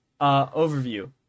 overview